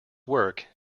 work